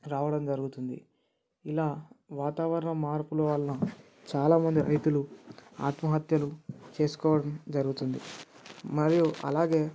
రావడం జరుగుతుంది ఇలా వాతావరణ మార్పుల వల్ల చాలా మంది రైతులు ఆత్మహత్యలు చేసుకోవడం జరుగుతుంది మరియు అలాగే